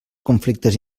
conflictes